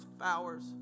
hours